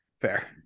Fair